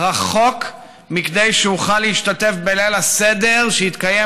רחוק מכדי שאוכל להשתתף בליל הסדר שהתקיים